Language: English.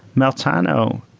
meltano,